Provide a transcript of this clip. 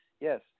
Yes